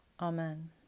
Amen